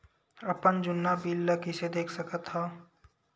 अपन जुन्ना बिल ला कइसे देख सकत हाव?